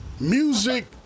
music